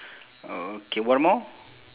okay one more